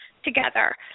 together